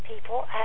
people